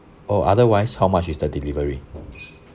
oh otherwise how much is the delivery